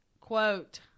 quote